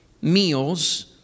meals